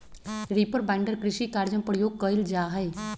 reaper binder कृषि कार्य में प्रयोग कइल जा हई